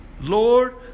Lord